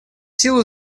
силу